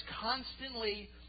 constantly